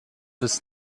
bis